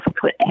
put